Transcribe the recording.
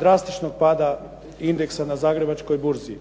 drastičnog pada indeksa na Zagrebačkoj burzi.